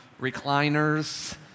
recliners